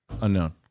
unknown